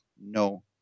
no